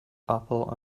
apple